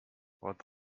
what